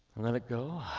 and let it go.